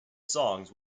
songs